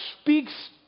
speaks